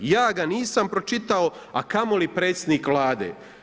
Ja ga nisam pročitao, a kamoli predsjednik Vlade.